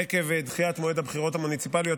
עקב דחיית מועד הבחירות המוניציפליות,